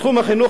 בתחום החינוך,